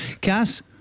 Cass